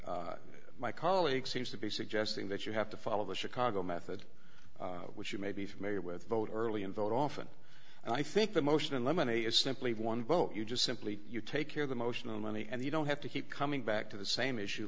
lemony my colleague seems to be suggesting that you have to follow the chicago method which you may be familiar with vote early and vote often and i think the motion in lemony is simply one vote you just simply you take care the motion of money and you don't have to keep coming back to the same issue